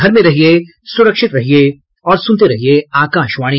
घर में रहिये सुरक्षित रहिये और सुनते रहिये आकाशवाणी